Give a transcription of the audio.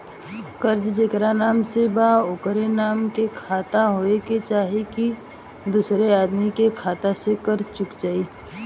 कर्जा जेकरा नाम से बा ओकरे नाम के खाता होए के चाही की दोस्रो आदमी के खाता से कर्जा चुक जाइ?